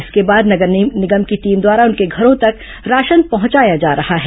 इसके बाद नगर निगम की टीम द्वारा उनके घरों तक राशन पहंचाया जा रहा है